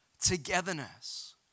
togetherness